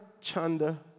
Chanda